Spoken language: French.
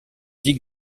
dix